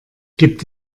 gibt